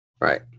Right